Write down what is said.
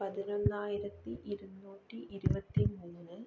പതിനൊന്നായിരത്തി ഇരുന്നൂറ്റി ഇരുപത്തി മൂന്ന്